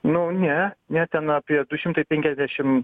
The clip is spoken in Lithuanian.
nu ne ne ten apie du šimtai penkiasdešim